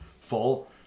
full